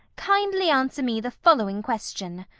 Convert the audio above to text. kindly answer me the following question.